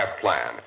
Plan